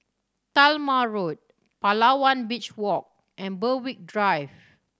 Talma Road Palawan Beach Walk and Berwick Drive